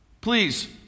Please